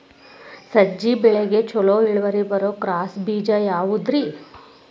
ಸಜ್ಜೆ ಬೆಳೆಗೆ ಛಲೋ ಇಳುವರಿ ಬರುವ ಕ್ರಾಸ್ ಬೇಜ ಯಾವುದ್ರಿ?